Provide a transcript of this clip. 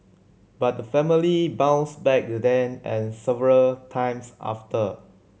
but the family bounced back then and several times after